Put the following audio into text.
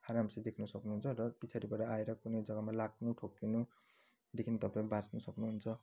राम्ररी देख्न सक्नुहुन्छ र पछाडिबाट आएर कुनै जग्गामा लाग्नु ठोकिनुदेखि तपाईँ बाँच्न सक्नुहुन्छ